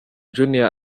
junior